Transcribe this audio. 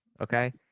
okay